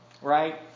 Right